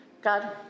God